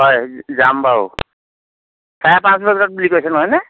হয় যাম বাৰু চাৰে পাঁচ বজাত বুলি কৈছে নহয় নে